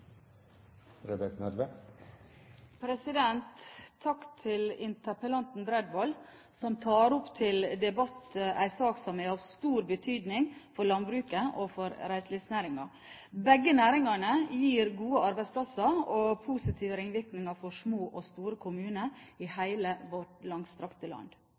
hele landet. Takk til interpellanten, Bredvold, som tar opp til debatt en sak som er av stor betydning for landbruket og for reiselivsnæringen. Begge næringene gir gode arbeidsplasser og positive ringvirkninger for små og store kommuner i hele vårt langstrakte land.